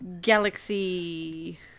Galaxy